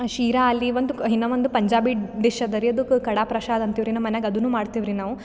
ಶೀರಾ ಅಲ್ಲಿ ಒಂದು ಇನ್ನ ಒಂದು ಪಂಜಾಬಿ ಡಿಶ್ ಅದರಿ ಅದಕ್ಕೆ ಕಡಾ ಪ್ರಸಾದ್ ಅಂತಿವ್ರಿ ನಮ್ಮ ಮನ್ಯಾಗೆ ಅದನ್ನು ಮಾಡ್ತಿವ್ರಿ ನಾವು